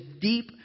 deep